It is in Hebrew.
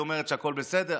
והיא אומרת שהכול בסדר.